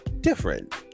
different